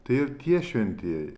tai tie šventieji